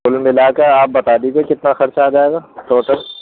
کُل ملا کے آپ بتا دیجیے کتنا خرچ آ جائے گا ٹوٹل